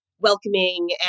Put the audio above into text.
welcoming